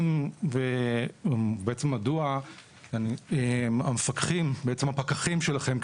מדוע בעצם הפקחים שלכם,